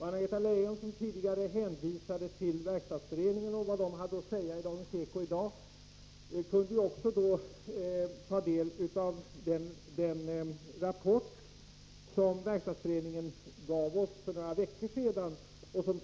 Anna-Greta Leijon, som tidigare hänvisade till vad Verkstadsföreningen i dag hade att säga i Dagens Eko, har dock kunnat ta del av den rapport som Verkstadsföreningen för några veckor sedan gav oss.